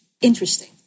interesting